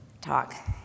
talk